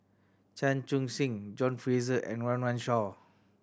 Chan Chun Sing John Fraser and Run Run Shaw